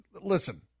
listen